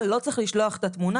לא צריך לשלוח את התמונה,